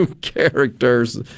characters